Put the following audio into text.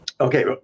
Okay